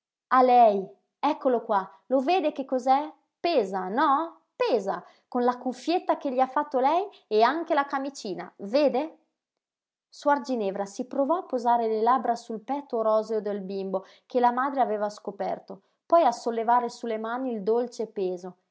a lei eccolo qua lo vede che cos'è pesa no pesa con la cuffietta che gli ha fatto lei e anche la camicina vede suor ginevra si provò a posare le labbra sul petto roseo del bimbo che la madre aveva scoperto poi a sollevare su le mani il dolce peso